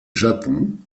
japon